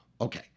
Okay